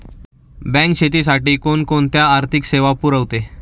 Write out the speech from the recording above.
Bank शेतीसाठी कोणकोणत्या आर्थिक सेवा पुरवते?